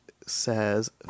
says